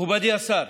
מכובדי השר,